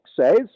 says